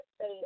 say